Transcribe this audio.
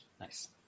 Nice